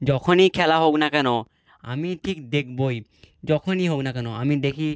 যখনই খেলা হোক না কেন আমি ঠিক দেখবই যখনই হোক না কেন আমি দেখি